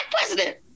president